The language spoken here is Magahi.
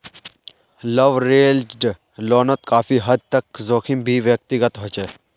लवरेज्ड लोनोत काफी हद तक जोखिम भी व्यक्तिगत होचे